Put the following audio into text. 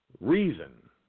reason